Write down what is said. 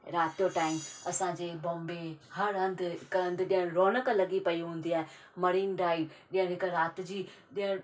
राति जो टाइम असांजे बॉम्बे हर हंधु हिकु हंधु ॼाण रोनक लॻी पई हूंदी आहे मरीन ड्राइव जा जेका राति जी ॼाण